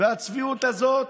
והצביעות הזאת,